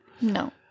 no